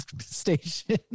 station